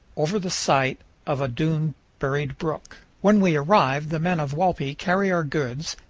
over the site of a dune-buried brook. when we arrive the men of walpi carry our goods,